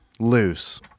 loose